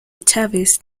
chávez